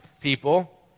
people